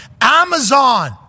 Amazon